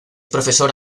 profesora